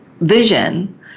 vision